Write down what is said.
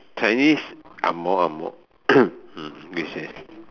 chinese angmoh angmoh mm which is